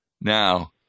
Now